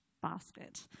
basket